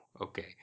Okay